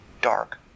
dark